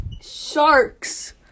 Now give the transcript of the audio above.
Sharks